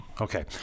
Okay